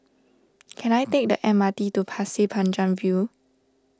can I take the M R T to Pasir Panjang View